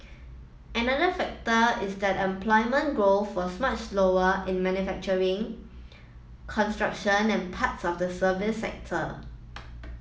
another factor is that employment growth was much slower in manufacturing construction and parts of the services sector